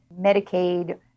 medicaid